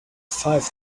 five